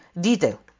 detail